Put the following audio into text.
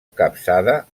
capçada